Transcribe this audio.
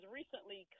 recently